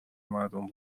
مردم